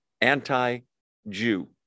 anti-jew